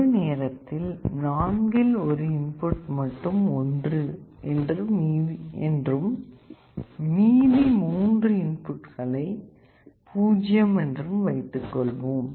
ஒரு நேரத்தில் நான்கில் ஒரு இன்புட் மட்டும் ஒன்று என்றும் மீதி மூன்று இன்புட்களை பூஜியம் என்றும் வைத்துக்கொள்வோம்